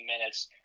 minutes